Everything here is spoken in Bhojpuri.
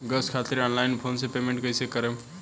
गॅस खातिर ऑनलाइन फोन से पेमेंट कैसे करेम?